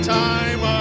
time